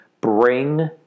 bring